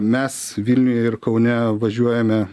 mes vilniuje ir kaune važiuojame